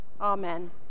Amen